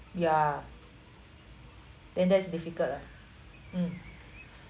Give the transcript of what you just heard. ya then that's difficult lah mm